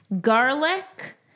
garlic